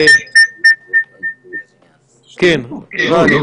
כן, רן,